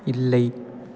இல்லை